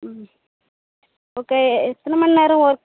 ம் ஓகே எத்தனை மணி நேரம் ஒர்க்